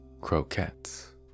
croquettes